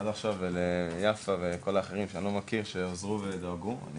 וגם לכל האחרים שאני לא מכיר שעזרו ודאגו, אני